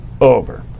over